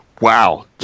Wow